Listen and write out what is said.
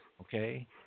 okay